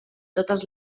totes